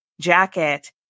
jacket